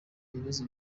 ibibazo